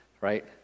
right